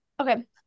okay